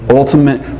ultimate